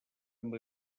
amb